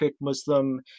Muslim